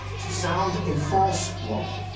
to sound a false warning,